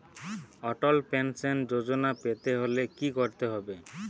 অটল pension Yojana পেতে হলে কি করতে হবে?